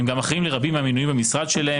הם גם אחראיים לרבים מהמינויים במשרדיהם,